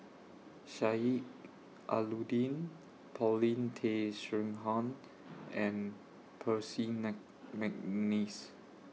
Sheik Alau'ddin Paulin Tay Straughan and Percy MC Mcneice